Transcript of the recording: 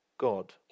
God